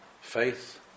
faith